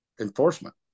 enforcement